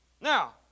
Now